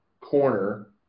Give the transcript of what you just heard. corner